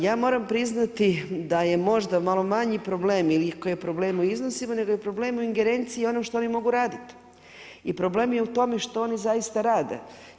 Ja moram priznati da je moda malo manji problem, ili koji je problem u iznosima, nego je problem u ingerenciji ono što oni mogu raditi i problem je u tome što oni zaista rade.